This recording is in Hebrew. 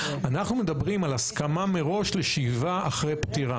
אנחנו מדברים על הסכמה מראש לשאיבה אחרי פטירה.